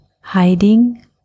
hiding